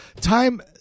time